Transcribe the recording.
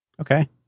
Okay